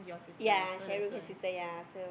ya Sharul has sister ya so